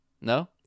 no